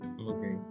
Okay